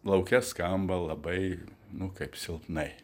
lauke skamba labai nu kaip silpnai